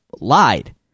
lied